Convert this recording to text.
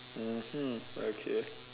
mmhmm okay